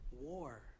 war